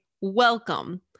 Welcome